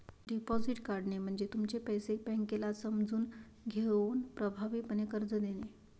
deposit काढणे म्हणजे तुमचे पैसे बँकेला समजून घेऊन प्रभावीपणे कर्ज देणे